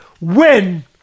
win